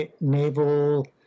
naval